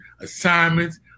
assignments